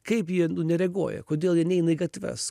kaip jie nu nereaguoja kodėl jie neina į gatves